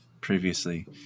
previously